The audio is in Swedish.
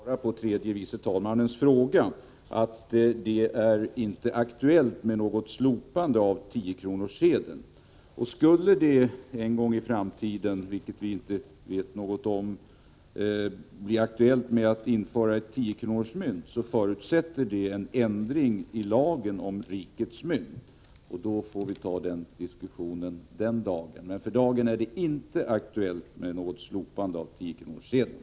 Herr talman! Jag vill bara kort svara på tredje vice talmannens fråga: Det är inte aktuellt att slopa 10-kronorssedeln. Skulle det en gång i framtiden, vilket vi inte vet något om, bli aktuellt att införa ett 10-kronorsmynt, förutsätter det en ändring i lagen om rikets mynt, och vi får i så fall ta diskussionen då. Men för dagen är det inte aktuellt med något slopande av 10-kronorssedeln.